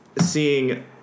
Seeing